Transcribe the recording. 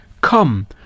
Come